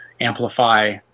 amplify